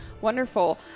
Wonderful